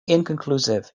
inconclusive